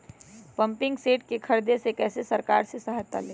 Pumping set के ख़रीदे मे कैसे सरकार से सहायता ले?